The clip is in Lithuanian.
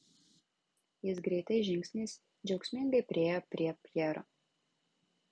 jis greitais žingsniais džiaugsmingai priėjo prie pjero